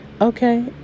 okay